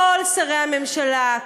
כל שרי הממשלה,